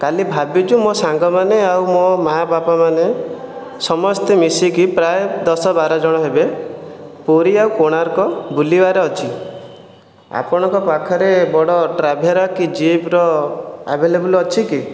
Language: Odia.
କାଲି ଭାବିଛୁ ମୋ' ସାଙ୍ଗମାନେ ଆଉ ମୋ' ମାଆ ବାପାମାନେ ସମସ୍ତେ ମିଶିକି ପ୍ରାୟ ଦଶ ବାର ଜଣ ହେବେ ପୁରୀ ଆଉ କୋଣାର୍କ ବୁଲିବାର ଅଛି ଆପଣଙ୍କ ପାଖରେ ବଡ଼ ଟ୍ରାଭେରା କି ଜିପ୍ର ଆଭେଲେବଲ୍ ଅଛି କି